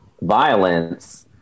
violence